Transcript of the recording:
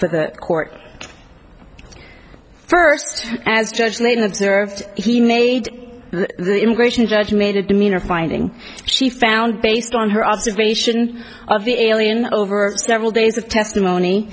for the court first as judge lane observed he made the immigration judge made a demeanor finding she found based on her observation of the alien over several days of testimony